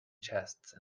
chests